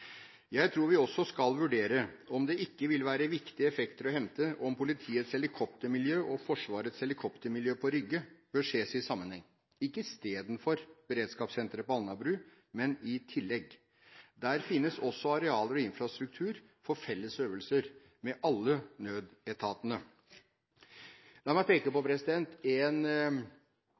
Jeg tror vi også skal vurdere om det ikke vil være viktige effekter å hente om politiets helikoptermiljø og Forsvarets helikoptermiljø på Rygge ses i sammenheng – ikke istedenfor beredskapssenteret på Alnabru, men i tillegg. Der finnes det også arealer og infrastruktur for felles øvelser for alle nødetatene. La meg peke på en